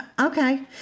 Okay